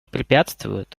препятствуют